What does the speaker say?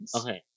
Okay